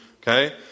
okay